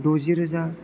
द'जि रोजा